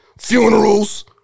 Funerals